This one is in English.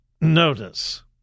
notice